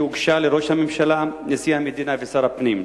שהוגשה לראש הממשלה, נשיא המדינה ושר הפנים.